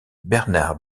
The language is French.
bernard